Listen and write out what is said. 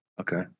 Okay